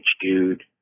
dude